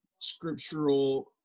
scriptural